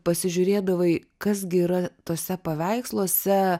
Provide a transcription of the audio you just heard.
pasižiūrėdavai kas gi yra tuose paveiksluose